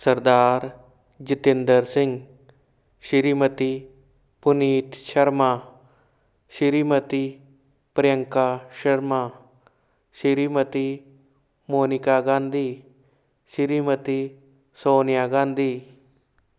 Sardar Jatinder Singh Shrimati Puneet Sharma Shrimati Priyanka Sharma Shrimati Monika Gandhi Shrimati Sonia Gandhi